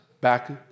back